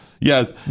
Yes